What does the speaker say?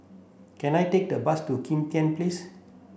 can I take the bus to Kim Tian Place